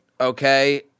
okay